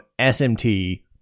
SMT